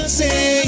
say